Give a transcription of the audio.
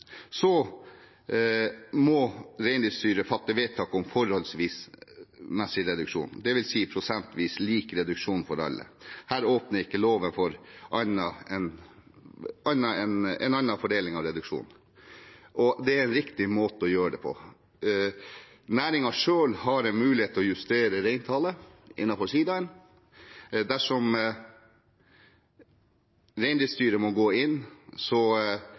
må Reindriftsstyret fatte vedtak om forholdsmessig reduksjon, dvs. prosentvis lik reduksjon for alle. Her åpner ikke loven for en annen fordeling av reduksjonen. Det er en riktig måte å gjøre det på. Næringen selv har en mulighet til å justere reintallet innenfor sidaen. Dersom Reindriftsstyret må gå inn,